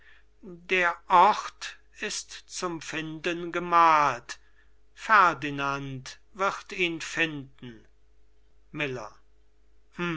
der ort ist zum finden gemalt ferdinand wird ihn finden miller